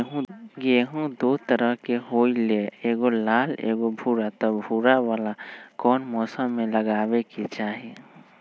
गेंहू दो तरह के होअ ली एगो लाल एगो भूरा त भूरा वाला कौन मौसम मे लगाबे के चाहि?